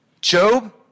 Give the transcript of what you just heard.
Job